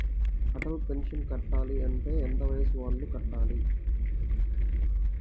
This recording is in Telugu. అటల్ పెన్షన్ కట్టాలి అంటే ఎంత వయసు వాళ్ళు కట్టాలి?